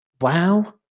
wow